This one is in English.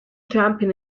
jumping